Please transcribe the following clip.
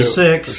six